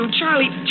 Charlie